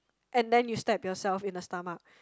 and then you stab yourself in the stomach